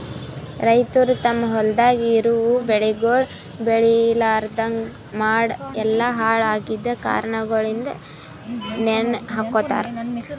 ರೈತುರ್ ತಮ್ ಹೊಲ್ದಾಗ್ ಇರವು ಬೆಳಿಗೊಳ್ ಬೇಳಿಲಾರ್ದಾಗ್ ಮಾಲ್ ಎಲ್ಲಾ ಹಾಳ ಆಗಿದ್ ಕಾರಣಗೊಳಿಂದ್ ನೇಣ ಹಕೋತಾರ್